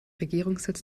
regierungssitz